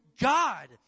God